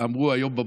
אמרו היום בבוקר,